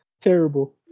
terrible